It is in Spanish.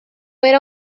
era